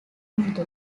urdu